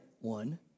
one